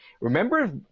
remember